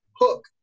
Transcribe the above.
hook